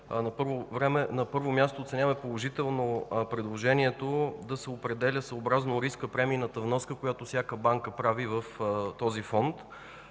На първо място оценяваме положително предложението да се определя съобразно риска премийната вноска, която всяка банка прави в този Фонд.